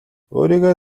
өөрийгөө